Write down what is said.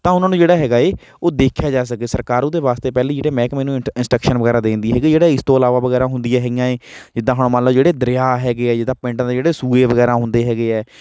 ਤਾਂ ਉਹਨਾਂ ਨੂੰ ਜਿਹੜਾ ਹੈਗਾ ਹੈ ਉਹ ਦੇਖਿਆ ਜਾ ਸਕੇ ਸਰਕਾਰ ਉਹਦੇ ਵਾਸਤੇ ਪਹਿਲੇ ਜਿਹੜੇ ਮਹਿਕਮੇ ਨੂੰ ਇੰਟ ਇੰਸਟਕਸ਼ਨ ਵਗੈਰਾ ਦੇ ਦਿੰਦੀ ਹੈਗੀ ਜਿਹੜਾ ਇਸ ਤੋਂ ਇਲਾਵਾ ਵਗੈਰਾ ਹੁੰਦੀਆਂ ਹੈਗੀਆਂ ਹੈ ਜਿੱਦਾਂ ਹੁਣ ਮੰਨ ਲਉ ਜਿਹੜੇ ਦਰਿਆ ਹੈਗੇ ਹੈ ਜਿੱਦਾਂ ਪਿੰਡ ਦੇ ਜਿਹੜੇ ਸੂਏ ਵਗੈਰਾ ਹੁੰਦੇ ਹੈਗੇ ਹੈ